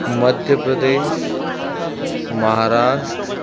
Madhya Pradesh Maharashtra